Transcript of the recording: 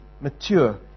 mature